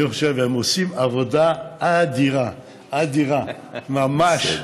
אני חושב שהם עושים עבודה אדירה, אדירה, ממש.